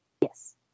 Yes